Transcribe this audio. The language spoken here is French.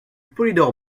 polydore